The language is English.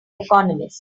economists